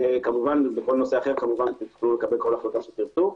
כמובן, בכל נושא אחר תוכלו לקבל כל החלטה שתרצו.